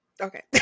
okay